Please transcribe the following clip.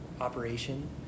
operation